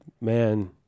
man